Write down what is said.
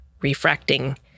refracting